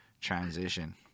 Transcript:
transition